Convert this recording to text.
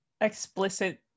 explicit